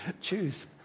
Choose